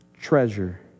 treasure